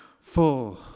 full